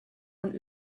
und